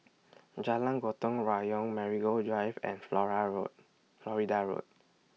Jalan Gotong Royong Marigold Drive and Flora Florida Road